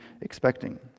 expecting